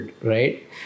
right